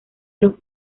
los